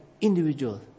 individual